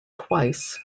twice